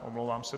Omlouvám se.